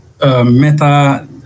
Meta